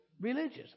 religious